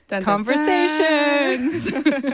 conversations